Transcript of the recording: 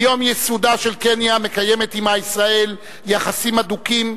מיום ייסודה של קניה מקיימת עמה ישראל יחסים הדוקים,